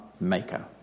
maker